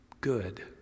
good